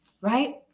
Right